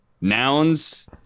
Nouns